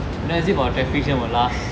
then as if got traffic jam will last